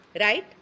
right